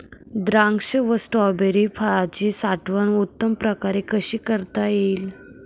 द्राक्ष व स्ट्रॉबेरी फळाची साठवण उत्तम प्रकारे कशी करता येईल?